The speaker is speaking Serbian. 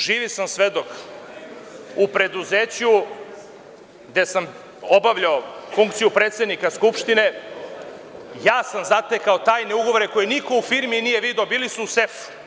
Živ sam svedok, u preduzeću gde sam obavljao funkciju predsednika Skupštine, ja sam zatekao tajne ugovore koje niko u firmi nije video, bili su u sefu.